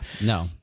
No